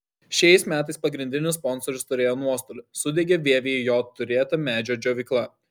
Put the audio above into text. šiais metais pagrindinis sponsorius turėjo nuostolį sudegė vievyje jo turėta medžio džiovykla